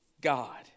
God